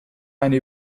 eine